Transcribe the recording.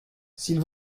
s’il